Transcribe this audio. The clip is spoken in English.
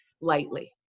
lightly